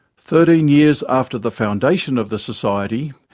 thirteen years after the foundation of the society,